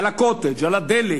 על ה"קוטג'", על הדלק,